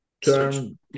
Term